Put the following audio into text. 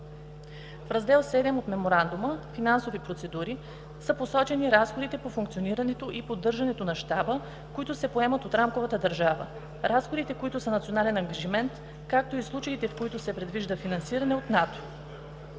В Раздел VII от Меморандума „Финансови процедури“ са посочени разходите по функционирането и поддържането на Щаба, които се поемат от рамковата държава, разходите, които са национален ангажимент, както и случаите, в които се предвижда финансиране от НАТО.